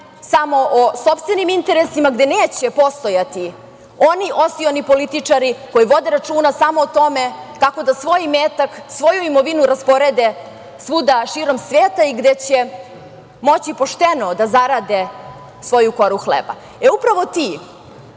samo o sopstvenim interesima, gde neće postojati oni osioni političari koji vode računa samo o tome kako da svojim imetak, svoju imovinu rasporede svuda širom sveta i gde će moći pošteno da zarade svoju koru hleba. Upravo ti